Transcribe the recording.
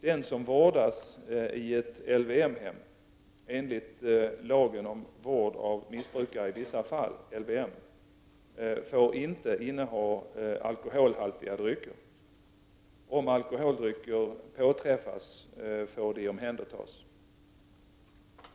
Den som vårdas i ett LVM-hem enligt lagen om vård av missbrukare i vissa fall får inte inneha alkoholhaltiga drycker. Om alkoholdrycker påträffas får de omhändertas.